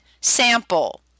sample